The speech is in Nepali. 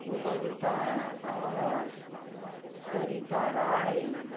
बबिता खवास सरिता राई